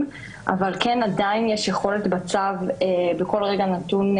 בדוק וידוע.